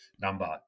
number